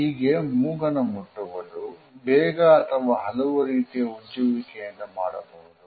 ಹೀಗೆ ಮೂಗನ ಮುಟ್ಟುವುದು ಬೇಗ ಅಥವಾ ಹಲವು ರೀತಿಯ ಉಜ್ಜುವಿಕೆಯಿಂದ ಮಾಡಬಹುದು